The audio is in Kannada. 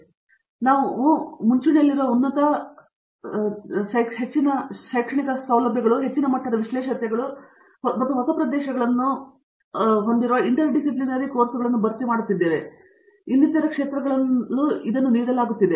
ಆದ್ದರಿಂದ ನಾವು ಉದಾಹರಣೆಗೆ ನೀವು ನೋಡಿದಲ್ಲಿ ಮುಂಚೂಣಿಯಲ್ಲಿರುವ ಉನ್ನತ ಚುನಾಯಿತತೆಗಳು ಹೆಚ್ಚಿನ ಶೈಕ್ಷಣಿಕ ಸೌಲಭ್ಯಗಳು ಮತ್ತು ಹೆಚ್ಚಿನ ಮಟ್ಟದ ವಿಶೇಷತೆಗಳು ಮತ್ತು ಹೊಸ ಪ್ರದೇಶಗಳನ್ನು ಇಂಟರ್ಡಿಸಿಪ್ಲೀನರಿ ಕೋರ್ಸ್ಗಳಲ್ಲಿ ಭರ್ತಿ ಮಾಡಲಾಗುತ್ತಿದೆ ಮತ್ತು ಇನ್ನಿತರ ಕ್ಷೇತ್ರಗಳೊಂದಿಗೆ ನೀಡಲಾಗುತ್ತಿದೆ